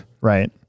Right